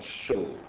show